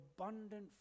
abundant